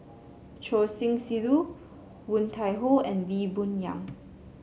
Choor Singh Sidhu Woon Tai Ho and Lee Boon Yang